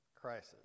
crisis